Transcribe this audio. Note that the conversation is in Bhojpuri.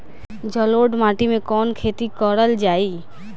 जलोढ़ माटी में कवन खेती करल जाई?